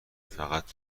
فقط